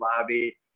lobby